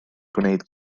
gwneud